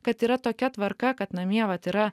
kad yra tokia tvarka kad namie vat yra